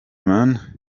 man